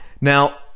Now